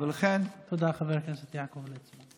ולכן, תודה, חבר הכנסת יעקב ליצמן.